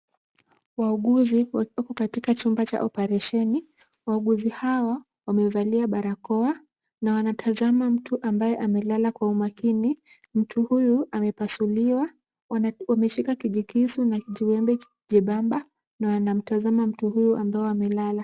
Wauguzi wakiwepo katika chumba cha oparesheni. Wauguzi hawa wamevalia barakoa na wanatazama mtu ambaye amelala kwa umakini. Mtu huyu amepasuliwa. Wameshika kijikisu na kijiwembe chembamba na wanamtazama mtu huyu ambaye amelala.